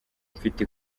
mfite